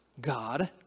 God